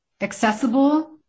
accessible